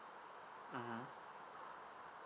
mmhmm